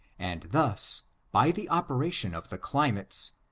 and thus, by the operation of the climates,